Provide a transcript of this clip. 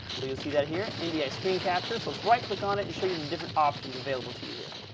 so you'll see that here and ndi screen capture so let's right click on it and show you the different options available to you here.